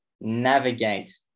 navigate